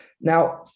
Now